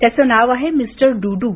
त्याचं नाव आहे मिस्टर डू डू